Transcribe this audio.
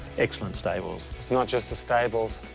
excellent stables. it's not just the stables.